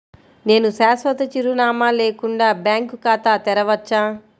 నేను శాశ్వత చిరునామా లేకుండా బ్యాంక్ ఖాతా తెరవచ్చా?